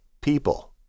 people